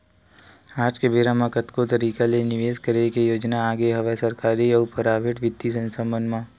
आज के बेरा म कतको तरिका ले निवेस करे के योजना आगे हवय सरकारी अउ पराइेवट बित्तीय संस्था मन म